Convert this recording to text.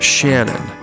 Shannon